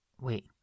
Wait